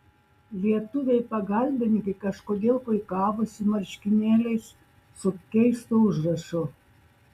lietuviai pagalbininkai kažkodėl puikavosi marškinėliais su keistu užrašu